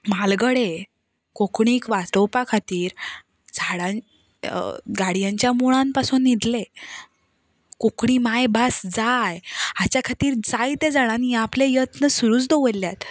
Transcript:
म्हालगडे कोंकणीक वाटोवपा खातीर झाडांत गाड्यांच्या मुळांत पासून न्हिदले कोंकणी मायभास जाय हाच्या खातीर जायत्या जाणांनी हे आपले यत्न सुरूच दवरल्यात